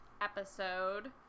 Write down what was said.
episode